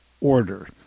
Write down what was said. order